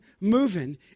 moving